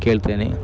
ಕೇಳ್ತೇನೆ